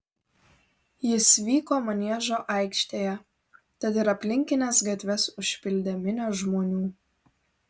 jis vyko maniežo aikštėje tad ir aplinkines gatves užpildė minios žmonių